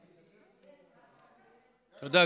תודה.